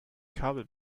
kabel